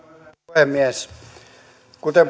puhemies kuten